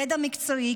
ידע מקצועי,